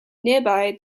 nearby